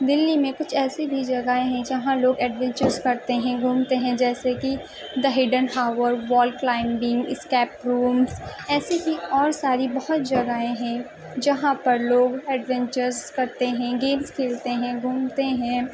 دلی میں کچھ ایسی بھی جگہیں ہیں جہاں لوگ ایڈونچرس کرتے ہیں گھومتے ہیں جیسے کہ the hidden hour wall climbing escape rooms ایسی ہی اور ساری بہت جگہیں ہیں جہاں پر لوگ ایڈونچرس کرتے ہیں گیمس کھیلتے ہیں گھومتے ہیں